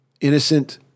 innocent